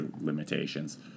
limitations